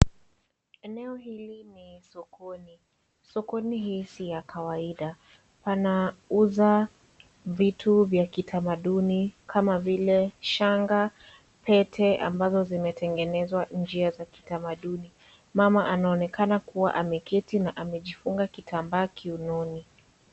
Eneo hili ni sokoni. Soko hili si la kawaida wanuza vitu vya kitamaduni kama vile shanga, pete ambazo zimetengenezwa njia za kitamaduni. Mama anaonekana kuwa ameketi na amejifunga kitambaa kiunoni.